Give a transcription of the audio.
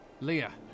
Leah